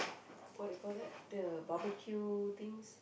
what about like the barbeque things